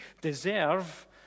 deserve